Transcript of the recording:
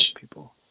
people